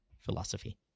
Philosophy